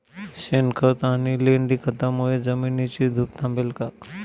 शेणखत आणि लेंडी खतांमुळे जमिनीची धूप थांबेल का?